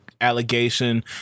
allegation